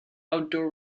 outdoor